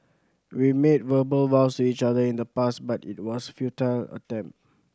we made verbal vows each other in the past but it was futile attempt